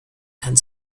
and